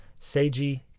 Seiji